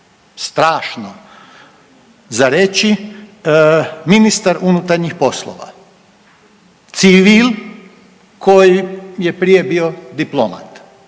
strašno za reći, ministar unutarnjih poslova. Civil koji je prije bio diplomat.